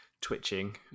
twitching